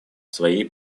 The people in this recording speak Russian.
своей